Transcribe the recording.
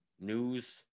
News